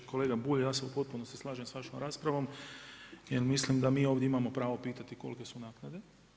Kolega Bulj ja se u potpunosti slažem sa vašom raspravom jer mislim da mi ovdje imamo pravo pitati kolike su naknade.